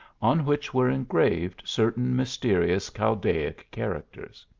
on which were engraved certain mysterious chaldaic characters.